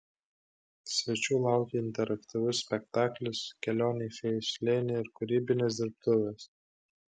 svečių laukė interaktyvus spektaklis kelionė į fėjų slėnį ir kūrybinės dirbtuvės